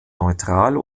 neutral